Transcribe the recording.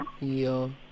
yo